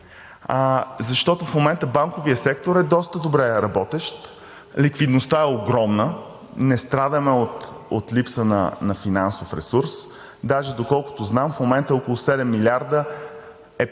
Защото в момента банковият сектор е доста добре работещ, ликвидността е огромна, не страдаме от липса на финансов ресурс. Даже, доколкото знам, в момента около 7 милиарда е